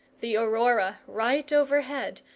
the aurora, right overhead,